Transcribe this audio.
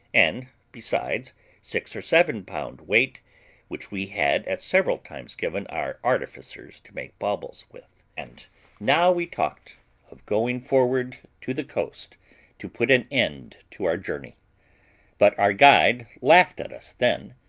and besides six or seven pound weight which we had at several times given our artificer to make baubles with. and now we talked of going forward to the coast to put an end to our journey but our guide laughed at us then.